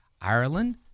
Ireland